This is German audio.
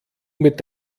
mit